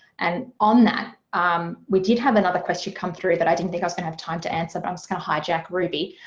and on that um we did have another question come through that i didn't think i won't have time to answer but i'm just gonna hijack ruby,